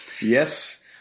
Yes